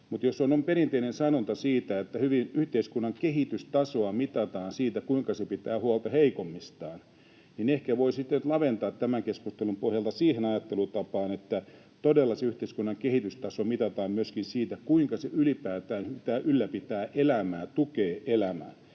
Mutta jos on perinteinen sanonta siitä, että yhteiskunnan kehitystasoa mitataan sillä, kuinka se pitää huolta heikoimmistaan, niin ehkä voisi sitä laventaa tämän keskustelun pohjalta siihen ajattelutapaan, että todella se yhteiskunnan kehitystaso mitataan myöskin sillä, kuinka se ylipäätään ylläpitää elämää, tukee elämää,